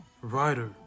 writer